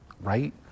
right